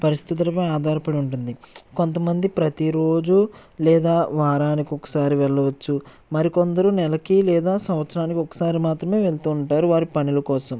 పరిస్థితులపై ఆధారపడి ఉంటుంది కొంతమంది ప్రతిరోజు లేదా వారానికి ఒకసారి వెళ్ళవచ్చు మరి కొందరు నెలకి లేదా సంవత్సరానికి ఒకసారి మాత్రమే వెళుతూ ఉంటారు వారి పనిల కోసం